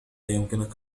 يمكنك